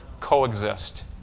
coexist